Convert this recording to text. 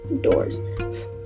doors